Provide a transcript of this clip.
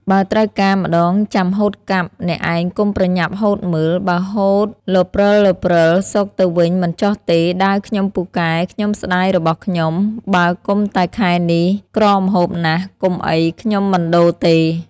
បើត្រូវការម្ដងចាំហូតកាប់ អ្នកឯងកុំ ប្រញាប់ហូតមើល បើហូតលព្រើលៗ ស៊កទៅវិញមិនចុះទេ ដាវខ្ញុំពូកែ ខ្ញុំស្ដាយរបស់ខ្ញុំ បើកុំតែខែនេះក្រម្ហូបណាស់ កុំអីខ្ញុំមិនដូរទេ។